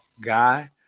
guy